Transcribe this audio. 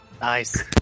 Nice